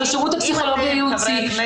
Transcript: של השירות הפסיכולוגי הייעוצי,